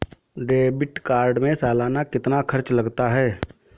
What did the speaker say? Debit card में सालाना कितना खर्च लगता है?